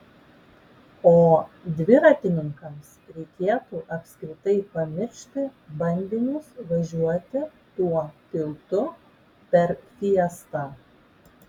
o dviratininkams reikėtų apskritai pamiršti bandymus važiuoti tuo tiltu per fiestą